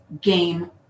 game